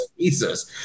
Jesus